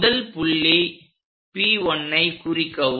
முதல் புள்ளி P1ஐ குறிக்கவும்